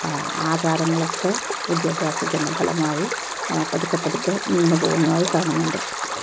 ആചാരങ്ങളൊക്കെ വിദ്യാഭ്യാസത്തിൻ്റെ ഫലമായി പതുക്കെപതുക്കെ നിന്നു പോകുന്നുമായി കാണുന്നുണ്ട്